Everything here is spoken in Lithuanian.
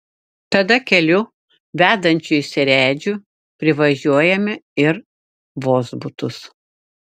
tada keliu vedančiu į seredžių privažiuojame ir vozbutus